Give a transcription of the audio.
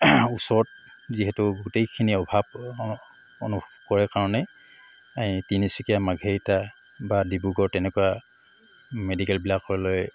ওচৰত যিহেতু গোটেইখিনি অভাৱ অনুভৱ কৰে কাৰণে তিনিচুকীয়া মাৰ্ঘেৰিটা বা ডিব্ৰুগড় তেনেকুৱা মেডিকেলবিলাকলৈ